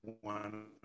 one